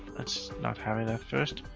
let's not have it at first.